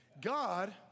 God